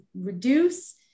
reduce